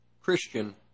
Christian